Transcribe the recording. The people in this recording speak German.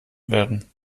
werden